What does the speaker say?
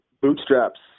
Bootstraps